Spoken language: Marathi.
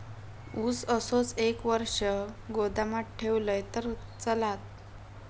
ऊस असोच एक वर्ष गोदामात ठेवलंय तर चालात?